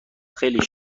خیلی